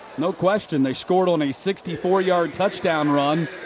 no question. they scored on a sixty four yard touchdown run,